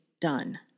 done